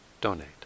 donate